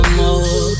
more